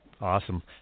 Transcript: Awesome